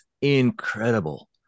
incredible